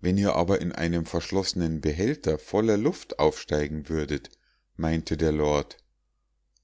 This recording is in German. wenn ihr aber in einem verschlossenen behälter voller luft aufsteigen würdet meinte der lord